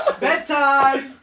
Bedtime